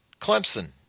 Clemson